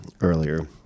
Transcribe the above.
earlier